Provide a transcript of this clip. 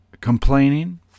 complaining